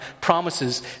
promises